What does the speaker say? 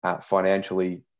financially